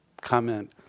comment